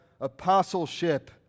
apostleship